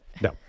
No